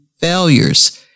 failures